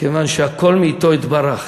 כיוון שהכול מאתו יתברך.